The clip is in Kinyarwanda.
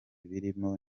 birimo